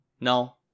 no